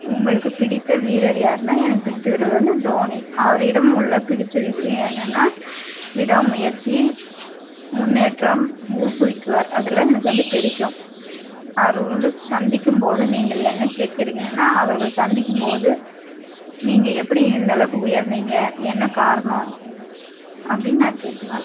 உங்களுக்குப் பிடித்த வீரர் யார்னா எனக்கு பிடித்த வீரர் வந்து தோனி அவரிடம் உள்ள பிடிச்ச விஷயம் என்னென்னா விடாமுயற்சி முன்னேற்றம் ஊக்குவிக்குவார் அதெல்லாம் எனக்கு வந்து பிடிக்கும் அவரு வந்து சந்திக்கும் போது நீங்கள் என்ன கேட்கிறீர்கள்ன்னா அவர்கள் சந்திக்கும் போது நீங்கள் எப்படி இந்தளவுக்கு உயர்ந்தீங்க என்ன காரணம் அப்படின்னு நான் கேட்குவன்